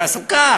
תעסוקה,